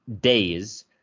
days